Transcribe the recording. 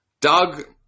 Doug